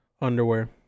Underwear